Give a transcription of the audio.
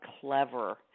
clever